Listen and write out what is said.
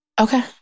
Okay